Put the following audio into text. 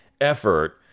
effort